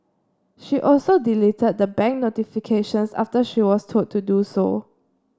she also deleted the bank notifications after she was told to do so